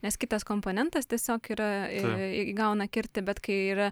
nes kitas komponentas tiesiog yra į įgauna kirtį bet kai yra